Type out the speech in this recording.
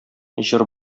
җыр